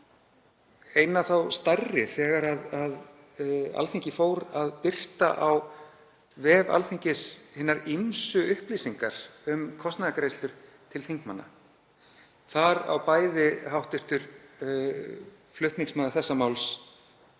hinum stærri er þegar Alþingi fór að birta á vef Alþingis hinar ýmsu upplýsingar um kostnaðargreiðslur til þingmanna. Þar á bæði hv. flutningsmaður þessa máls